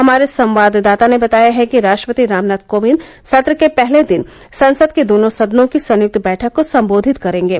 हमारे संवाददाता ने बताया है कि राष्ट्रपति रामनाथ कोविंद सत्र के पहले दिन संसद के दोनों सदनों की संयुक्त बैठक को संबोधित करेंगे